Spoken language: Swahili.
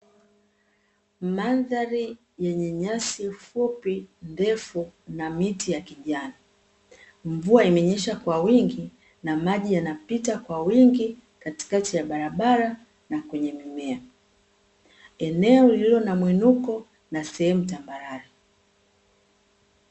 Mandhari yenye nyasi fupi ndefu na miti ya kijani. Mvua imenyesha kwa wingi na maji yanapita kwa wingi katikati ya barabara na kwenye mimea, eneo lililo na mwinuko na sehemu tambarare.